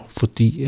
fordi